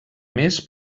més